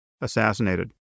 assassinated